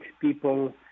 people